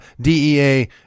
DEA